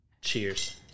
cheers